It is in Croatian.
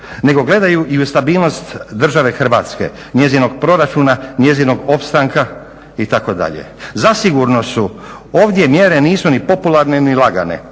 nego gledaju i u stabilnost države Hrvatske, njezinog proračuna, njezinog opstanka itd. zasigurno su ovdje mjere nisu ni popularne ni lagane